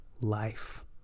life